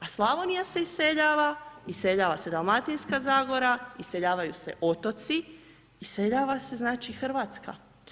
A Slavonija se iseljava, iseljava se Dalmatinska Zagora, iseljavaju se otoci, iseljava se znači Hrvatska.